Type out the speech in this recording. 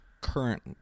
current